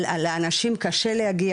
אבל לאנשים קשה להגיע,